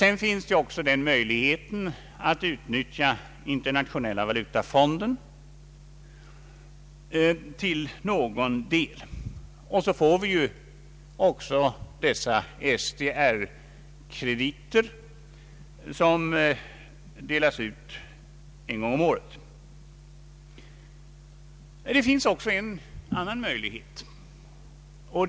Sedan finns också möjligheten att utnyttja internationella valutafonden till någon del, och dessutom får vi de SDR krediter som delas ut en gång om året. Det finns ännu en möjlighet.